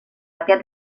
aquest